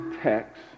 text